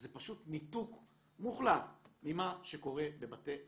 זה פשוט ניתוק מוחלט ממה שקורה בבתי הספר,